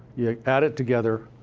you add it together,